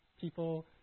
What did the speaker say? people